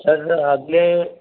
sir आपने